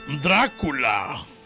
Dracula